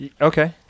Okay